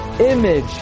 image